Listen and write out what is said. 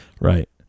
Right